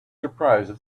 surprised